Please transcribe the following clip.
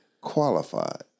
Qualified